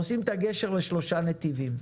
עושים את הגשר לשלושה נתיבים.